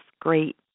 great